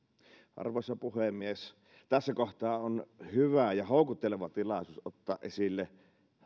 arvoisa puhemies tässä kohtaa on hyvä ja houkutteleva tilaisuus ottaa esille